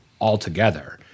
altogether